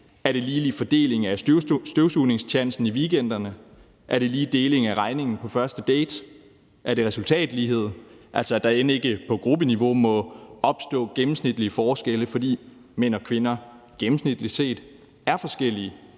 Er det ligelig fordeling af støvsugningstjansen i weekenderne? Er det lige deling af regningen på første date? Er det resultatlighed, altså det, at der end ikke på gruppeniveau må opstå gennemsnitlige forskelle, fordi mænd og kvinder gennemsnitligt er forskellige